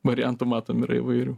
variantų matom yra įvairių